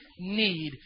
Need